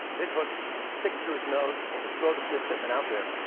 big hook, and you stick it through his nose, and you throw the midshipman out there,